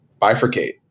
bifurcate